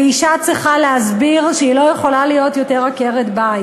ואישה צריכה להסביר שהיא לא יכולה להיות יותר עקרת-בית.